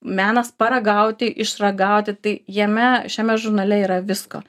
menas paragauti išragauti tai jame šiame žurnale yra visko